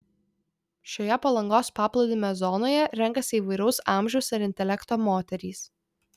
šioje palangos paplūdimio zonoje renkasi įvairaus amžiaus ir intelekto moterys